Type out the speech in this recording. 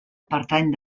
pertany